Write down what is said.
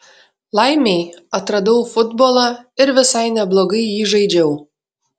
laimei atradau futbolą ir visai neblogai jį žaidžiau